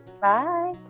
Bye